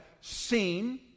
seen